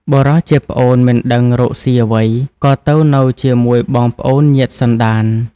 បុរសជាប្អូនមិនដឹងរកស៊ីអ្វី ក៏ទៅនៅជាមួយបងប្អូនញាតិសន្តាន។